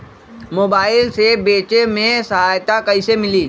Mobile से बेचे में सहायता कईसे मिली?